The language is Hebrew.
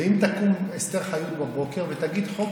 ואם תקום אסתר חיות בבוקר ותגיד: חוק